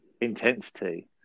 intensity